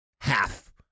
Half